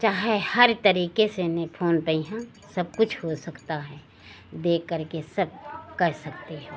चाहे हर तरीके से ने फोन बढ़िया सब कुछ हो सकता है देख करके सब कर सकते हैं